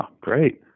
great